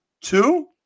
two